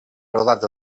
rodat